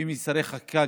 ואם נצטרך חקיקה,